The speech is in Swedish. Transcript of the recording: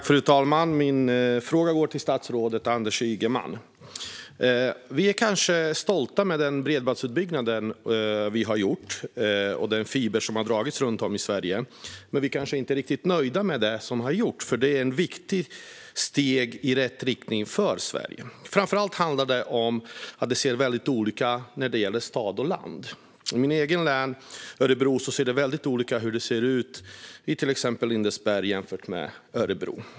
Fru talman! Min fråga går till statsrådet Anders Ygeman. Vi är stolta över den bredbandsutbyggnad vi har gjort och den fiber som har dragits runt om i Sverige. Dock är vi kanske inte riktigt nöjda, för detta är ett viktigt steg i rätt riktning för Sverige. Framför allt handlar det om att det ser väldigt olika ut i stad och land. I mitt eget län, Örebro län, ser det till exempel väldigt olika ut i Lindesberg och Örebro.